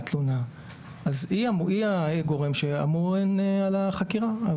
התלונה אז היא הגורם שאמון על החקירה.